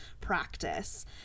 practice